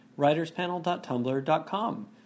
writerspanel.tumblr.com